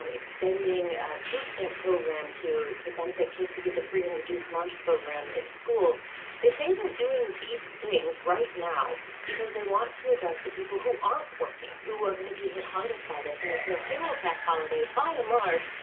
um extending ah food stamp program to to benefit kids who get the free and reduced lunch program in schools they say they're doing these things right now because they want to address the people who aren't working, who are going to be hit hardest by this. and they say a payroll tax holiday, by and large,